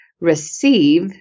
receive